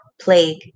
Plague